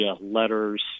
letters